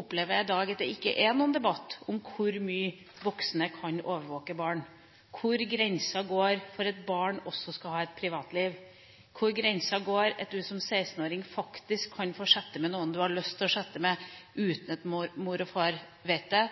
opplever jeg i dag at det ikke er noen debatt om hvor mye voksne kan overvåke barn, hvor grensen går for at barn også skal ha et privatliv, hvor grensen går for at du som 16-åring faktisk kan få chatte med noen du har lyst til å chatte med uten at mor og far vet det,